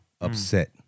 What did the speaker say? upset